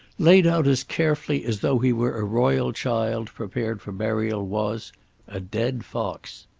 laid out as carefully as though he were a royal child prepared for burial, was a dead fox.